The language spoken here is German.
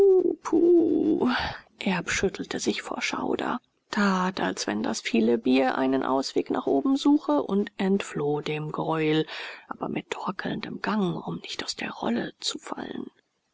schüttelte sich vor schauder tat als wenn das viele bier einen ausweg nach oben suche und entfloh dem greuel aber mit torkelndem gang um nicht aus der rolle zu fallen